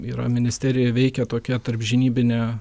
yra ministerijoj veikia tokia tarpžinybinė